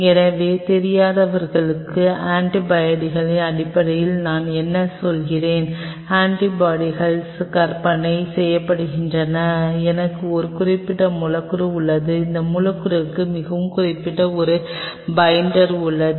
எனவே தெரியாதவர்களுக்கு ஆன்டிபாடிகளின் அடிப்படையில் நான் என்ன சொல்கிறேன் ஆன்டிபாடிகள் கற்பனை செய்யப்படுகின்றன எனக்கு ஒரு குறிப்பிட்ட மூலக்கூறு உள்ளது அந்த மூலக்கூறுக்கு மிகவும் குறிப்பிட்ட ஒரு பைண்டர் உள்ளது